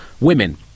women